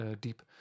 deep